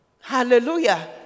Hallelujah